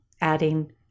adding